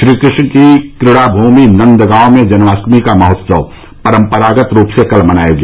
श्रीकृष्ण की क्रीडा भूमि नंद गांव में जन्माष्टमी का महोत्सव परम्परागत रूप से कल मनाया गया